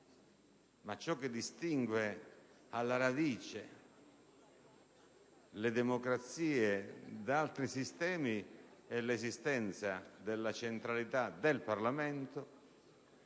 ma ciò che distingue alla radice le democrazie da altri sistemi è la centralità del Parlamento,